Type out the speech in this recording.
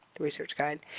the research guide.